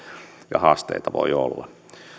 ja haasteita voi